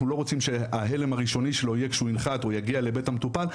לא רוצים שההלם הראשוני שלו יהיה כשהוא ינחת או יגיע לבית המטופל.